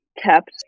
kept